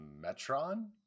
Metron